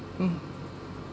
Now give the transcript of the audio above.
uh